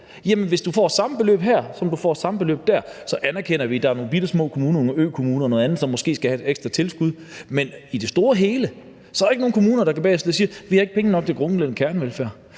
som du får dér. Så anerkender vi, at der er nogle bittesmå kommuner, nogle økommuner og nogle andre, som måske skal have et ekstra tilskud. Men i det store hele er der ikke nogen kommuner, der bagefter kan komme og sige: Vi har ikke penge nok til den grundlæggende kernevelfærd.